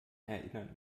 erinnert